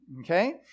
Okay